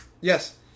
Yes